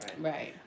Right